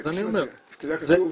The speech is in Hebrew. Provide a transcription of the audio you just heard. אז אני אומר --- אתה יודע, כתוב